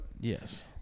Yes